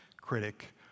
critic